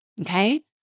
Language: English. okay